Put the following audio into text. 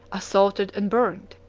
assaulted, and burnt,